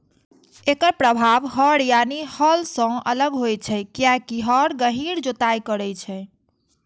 एकर प्रभाव हर यानी हल सं अलग होइ छै, कियैकि हर गहींर जुताइ करै छै